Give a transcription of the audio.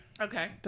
Okay